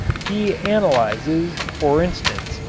he analyzes, for instance,